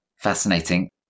Fascinating